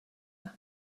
and